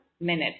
minute